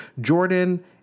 Jordan